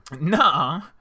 No